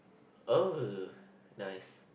oh nice